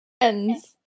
Friends